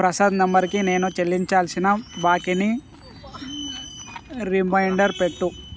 ప్రసాద్ నెంబర్కి నేను చెల్లించాల్సిన బాకీని రిమైండర్ పెట్టు